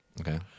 okay